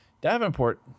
Davenport